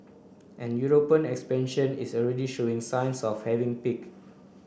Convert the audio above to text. and European expansion is already showing signs of having peak